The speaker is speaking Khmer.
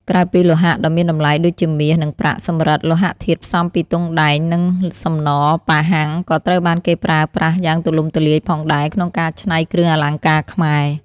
ក្រៅពីលោហៈដ៏មានតម្លៃដូចជាមាស និងប្រាក់ សំរឹទ្ធិ លោហៈធាតុផ្សំពីទង់ដែង និងសំណប៉ាហាំងក៏ត្រូវបានគេប្រើប្រាស់យ៉ាងទូលំទូលាយផងដែរ ក្នុងការច្នៃគ្រឿងអលង្ការខ្មែរ។